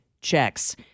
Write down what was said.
checks